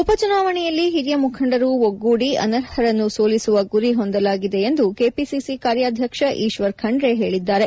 ಉಪ ಚುನಾವಣೆಯಲ್ಲಿ ಹಿರಿಯ ಮುಖಂಡರು ಒಗ್ಗೂದಿ ಅನರ್ಹರನ್ನು ಸೋಲಿಸುವ ಗುರಿ ಹೊಂದಲಾಗಿದೆ ಎಂದು ಕೆಪಿಸಿಸಿ ಕಾರ್ಯಾಧ್ಯಕ್ಷ ಈಶ್ವರ್ ಖಂಡ್ರೆ ಹೇಳಿದ್ದಾರೆ